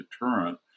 deterrent